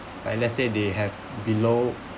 like let's say they have below